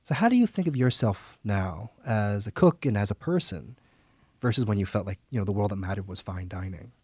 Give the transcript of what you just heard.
so do you think of yourself now as a cook and as a person versus when you felt like you know the world that mattered was fine dining?